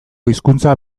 hizkuntza